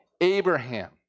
Abraham